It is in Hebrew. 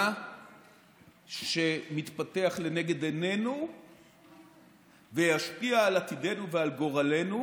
ממה שמתפתח לנגד עינינו וישפיע על עתידנו ועל גורלנו,